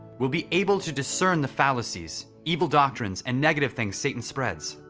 we'll be able to discern the fallacies, evil doctrines, and negative things satan spreads.